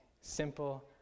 simple